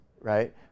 right